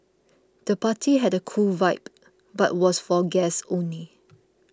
the party had a cool vibe but was for guests only